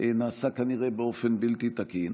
נעשה כנראה באופן בלתי תקין,